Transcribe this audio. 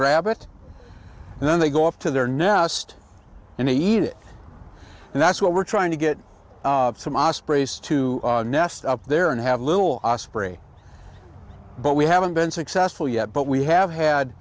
grab it and then they go off to their nest and eat it and that's what we're trying to get some ospreys to nest up there and have a little osprey but we haven't been successful yet but we have had